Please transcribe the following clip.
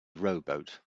rowboat